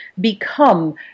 become